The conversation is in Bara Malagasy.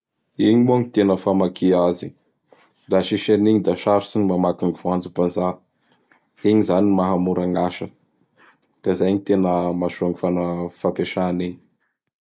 Igny moa gn tena famakia azy. Laha tsisy anigny da sarotsy gny mamaky gny voanjom-bazaha. Igny izany mahamora gn asa; da izay gny tena mahasoa gny fampiasa anigny.